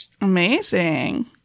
Amazing